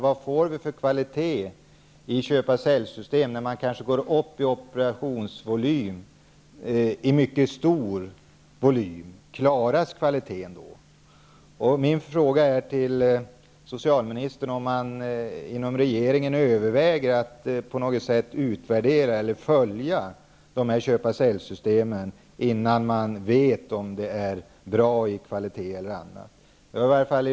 Vad får vi för kvalitet i ett köpa--sälj-system när man kanske går upp i mycket stora operationsvolymer? Klaras kvaliteten då? Min fråga till socialministern är om man inom regeringen överväger att utvärdera eller följa köpa--sälj-systemen tills man vet om de är bra när det gäller kvalitet och annat.